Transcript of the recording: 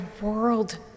world